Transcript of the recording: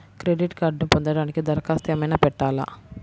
Credit కార్డ్ను పొందటానికి దరఖాస్తు ఏమయినా పెట్టాలా?